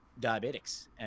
diabetics